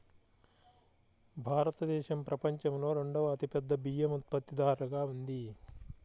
భారతదేశం ప్రపంచంలో రెండవ అతిపెద్ద బియ్యం ఉత్పత్తిదారుగా ఉంది